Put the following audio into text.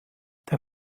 der